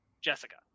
Jessica